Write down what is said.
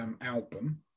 Album